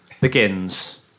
begins